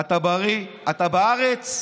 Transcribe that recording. אתה בריא, אתה בארץ,